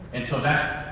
and so that